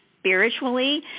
spiritually